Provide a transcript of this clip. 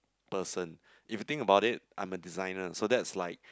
person if you think about it I'm a designer so that's like